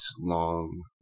long